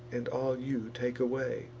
and all you take away.